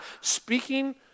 speaking